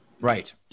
right